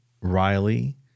Riley